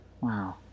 wow